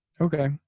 Okay